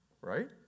Right